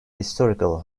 historical